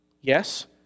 yes